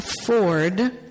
Afford